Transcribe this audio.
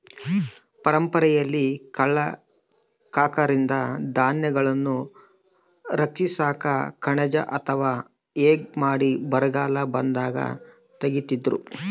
ಪರಂಪರೆಯಲ್ಲಿ ಕಳ್ಳ ಕಾಕರಿಂದ ಧಾನ್ಯಗಳನ್ನು ರಕ್ಷಿಸಾಕ ಕಣಜ ಅಥವಾ ಹಗೆ ಮಾಡಿ ಬರಗಾಲ ಬಂದಾಗ ತೆಗೀತಿದ್ರು